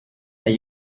and